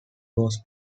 was